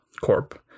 Corp